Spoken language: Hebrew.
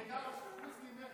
חוץ ממך,